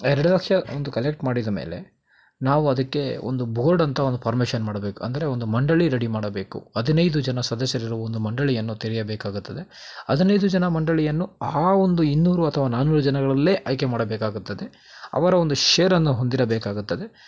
ಎರಡು ಲಕ್ಷ ಒಂದು ಕಲೆಕ್ಟ್ ಮಾಡಿದ ಮೇಲೆ ನಾವು ಅದಕ್ಕೆ ಒಂದು ಬೋರ್ಡ್ ಅಂತ ಒಂದು ಪರ್ಮಿಷನ್ ಮಾಡಬೇಕು ಅಂದರೆ ಒಂದು ಮಂಡಳಿ ರೆಡಿ ಮಾಡಬೇಕು ಹದಿನೈದು ಜನ ಸದಸ್ಯರಿರೋ ಒಂದು ಮಂಡಳಿಯನ್ನು ತೆರೆಯಬೇಕಾಗುತ್ತದೆ ಹದಿನೈದು ಜನ ಮಂಡಳಿಯನ್ನು ಆ ಒಂದು ಇನ್ನೂರು ಅಥವಾ ನಾನ್ನೂರು ಜನಗಳಲ್ಲೇ ಆಯ್ಕೆ ಮಾಡಬೇಕಾಗುತ್ತದೆ ಅವರ ಒಂದು ಷೇರನ್ನು ಹೊಂದಿರಬೇಕಾಗುತ್ತದೆ